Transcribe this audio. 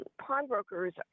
Pawnbrokers